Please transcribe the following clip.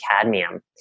cadmium